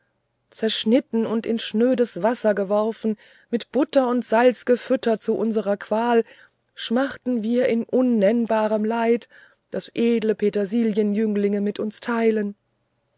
zerschnitten in schnödes wasser geworfen mit butter und salz gefüttert zu unserer qual schmachten wir in unnennbarem leid das edle petersilienjünglinge mit uns teilen